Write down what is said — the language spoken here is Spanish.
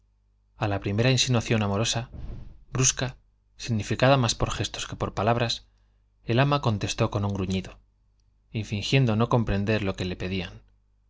a la primera insinuación amorosa brusca significada más por gestos que por palabras el ama contestó con un gruñido y fingiendo no comprender lo que le pedían